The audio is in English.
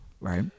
Right